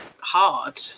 hard